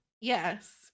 Yes